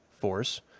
force